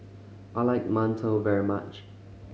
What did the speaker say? I like mantou very much